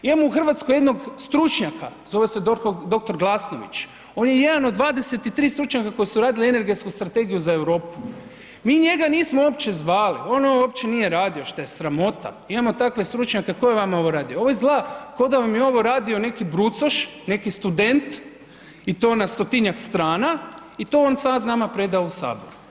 Imamo u Hrvatskoj jednog stručnjaka, zove se dr. Glasnović, od jedan od 23 stručnjaka koji su radili energetsku strategiju za Europu, mi njega nismo uopće zvali, on uopće nije radio šta je sramota, imamo takve stručnjake, ko je vama ovo radio, ovo izgleda ko da vam je ovo radio neki brucoš, neki student i to na 100-tinjak strana i to je on sad nama predao u Sabor.